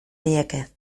nieke